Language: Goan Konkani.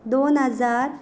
दोन हजार